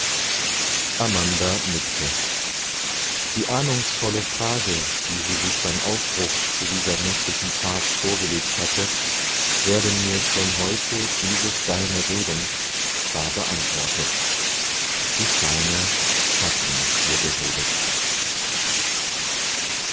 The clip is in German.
amanda nickte die ahnungsvolle frage die sie sich beim aufbruch zu dieser nächtlichen fahrt vorgelegt hatte werden mir schon heute diese steine reden war beantwortet die steine hatten ihr geredet